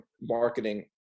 marketing